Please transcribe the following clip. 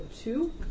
two